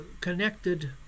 connected